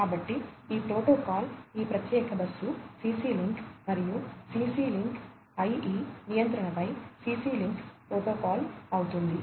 కాబట్టి ఈ ప్రోటోకాల్ ఈ ప్రత్యేక బస్సు CC లింక్ మరియు CC లింక్ IE నియంత్రణపై CC లింక్ ప్రోటోకాల్ అవుతుంది